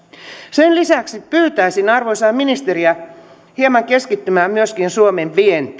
sen lisäksi pyytäisin arvoisaa ministeriä hieman keskittymään myöskin suomen vientiin nimittäin